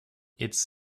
its